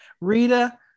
rita